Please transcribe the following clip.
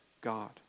God